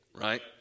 Right